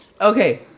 Okay